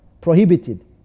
prohibited